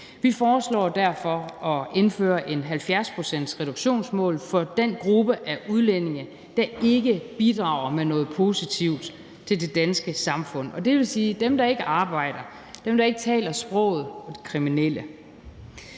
Vi foreslår derfor at indføre et 70-procentsreduktionsmål for den gruppe af udlændinge, der ikke bidrager med noget positivt til det danske samfund. Og det vil sige dem, der ikke arbejder, dem, der ikke taler sproget, og de kriminelle.